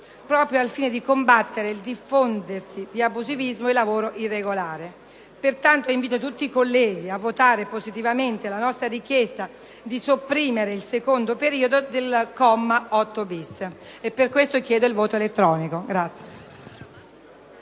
proprio al fine di combattere il diffondersi di abusivismo e lavoro irregolare. Invito pertanto tutti i colleghi a votare positivamente la nostra richiesta di sopprimere il secondo periodo del comma 8-*bis*. Chiedo inoltre che